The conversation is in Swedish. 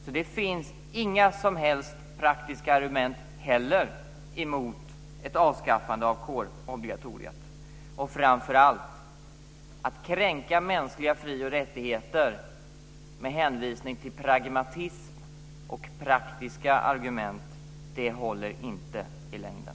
Så det finns inte heller några som helst praktiska argument emot ett avskaffande av kårobligatoriet. Och framför allt: Att kränka mänskliga fri och rättigheter med hänvisning till pragmatism och praktiska argument håller inte i längden.